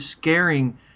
scaring